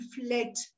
reflect